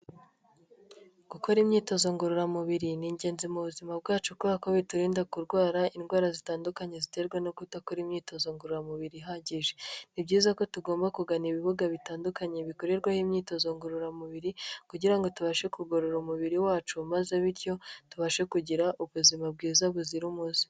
Gukora imyitozo ngororamubiri ni ingenzi mu buzima bwacu, kuko biturinda kurwara indwara zitandukanye, ziterwa no kudakora imyitozo ngororamubiri ihagije. Ni byiza ko tugomba kugana ibibuga bitandukanye bikorerwaho imyitozo ngororamubiri, kugira ngo tubashe kugorora umubiri wacu maze bityo tubashe kugira ubuzima bwiza buzira umuze.